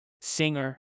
singer